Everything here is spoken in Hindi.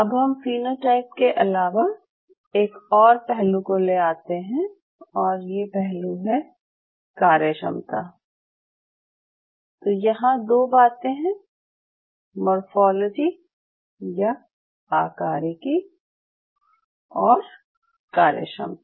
अब हम फीनोटाइप के अलावा एक और पहलू को ले आते हैं और ये पहलू है कार्यक्षमता तो यहाँ दो बातें हैं आकारिकी और कार्यक्षमता